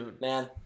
man